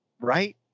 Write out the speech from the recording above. right